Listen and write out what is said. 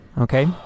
Okay